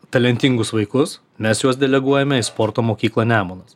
talentingus vaikus mes juos deleguojame į sporto mokyklą nemunas